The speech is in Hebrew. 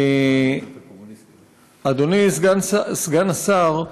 אדוני סגן השר,